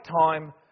time